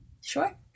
sure